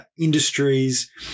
industries